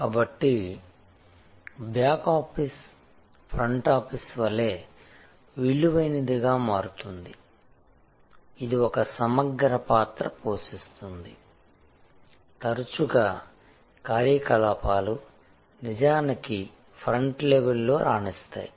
కాబట్టి back office front office వలె విలువైనదిగా మారుతుంది ఇది ఒక సమగ్ర పాత్ర పోషిస్తుంది తరచుగా కార్యకలాపాలు నిజానికి ఫ్రంట్ లెవల్లో రాణిస్తాయి